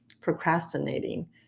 procrastinating